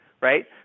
right